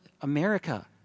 America